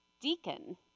deacon